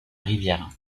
rivière